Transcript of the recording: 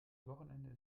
wochenende